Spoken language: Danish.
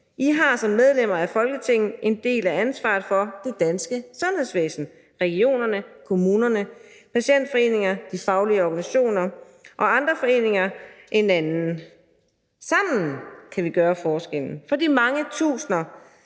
I har som medlemmer af Folketinget en del af ansvaret for det danske sundhedsvæsen, regionerne, kommunerne, patientforeninger, de faglige organisationer og andre foreninger en anden. Sammen kan vi gøre forskellen for de mange tusinder